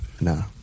No